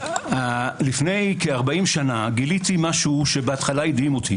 לפני כ-40 שנה גיליתי משהו שבהתחלה הדהים אותי